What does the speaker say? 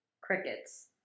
Crickets